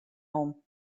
home